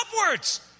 upwards